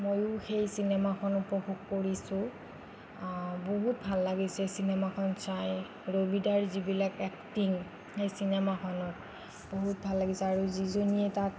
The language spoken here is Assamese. মইও সেই চিনেমাখন উপভোগ কৰিছোঁ বহুত ভাল লাগিছে চিনেমাখন চাই ৰবি দাৰ যিবিলাক এক্টিং সেই চিনেমাখত বহুত ভাল লাগিছে আৰু যিজনীয়ে তাত